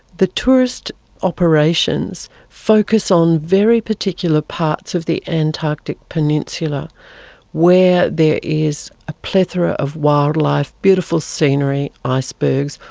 the tourist operations focus on very particular parts of the antarctic peninsula where there is a plethora of wildlife, beautiful scenery, icebergs,